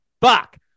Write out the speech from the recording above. Fuck